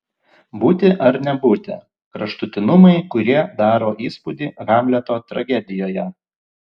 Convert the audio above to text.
būti ar nebūti kraštutinumai kurie daro įspūdį hamleto tragedijoje